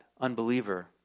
unbeliever